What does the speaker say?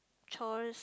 chores